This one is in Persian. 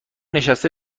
نشسته